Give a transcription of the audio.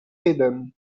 hidden